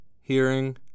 hearing